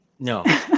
No